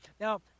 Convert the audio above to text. now